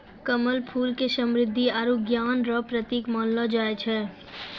कमल फूल के समृद्धि आरु ज्ञान रो प्रतिक मानलो जाय छै